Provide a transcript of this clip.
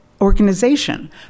organization